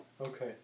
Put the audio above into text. Okay